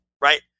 right